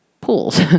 Pools